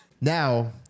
Now